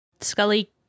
Scully